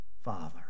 Father